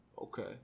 Okay